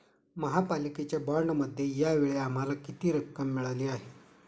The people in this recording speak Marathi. महापालिकेच्या बाँडमध्ये या वेळी आम्हाला किती रक्कम मिळाली आहे?